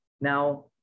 Now